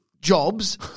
jobs